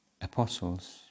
apostles